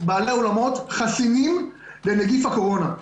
בעלי האולמות חסינים לנגיף הקורונה?